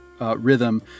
rhythm